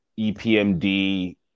EPMD